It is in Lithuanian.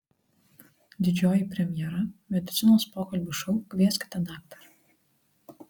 didžioji premjera medicinos pokalbių šou kvieskite daktarą